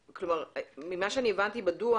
ממה שאני הבנתי בדוח,